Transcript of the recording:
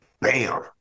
bam